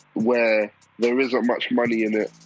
where there isn't much money in it,